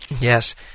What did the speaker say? Yes